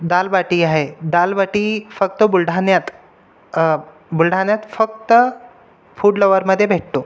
दाल बाटी आहे दाल बाटी फक्त बुलढाण्यात बुलढाण्यात फक्त फूड लवरमध्ये भेटतो